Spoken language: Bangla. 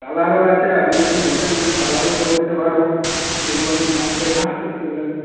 কালারও আছে আপনি যদি বলেন আমি কালারও করে দিতে পারবো যদি বলেন দাড়িতে কালার করবেন